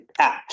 apps